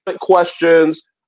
questions